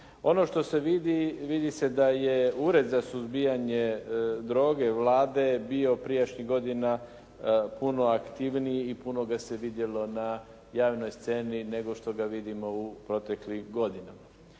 Ono što se vidi, vidi se da je Ured za suzbijanje droge Vlade bio prijašnjih godina bio puno aktivniji i puno ga se vidjelo na javnoj sceni, nego što ga vidimo u proteklim godinama,